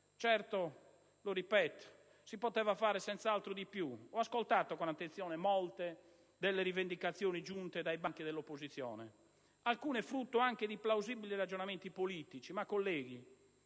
Certo - lo ripeto - si poteva fare senz'altro di più. Ho ascoltato con attenzione molte delle rivendicazioni giunte dai banchi dell'opposizione, alcune frutto anche di plausibili ragionamenti politici,